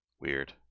Weird